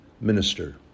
minister